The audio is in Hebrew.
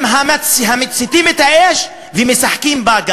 הם המציתים את האש וגם המשחקים בה,